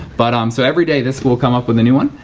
but um so every day this will come up with a new one.